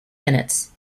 minutes